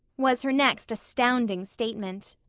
was her next astounding statement,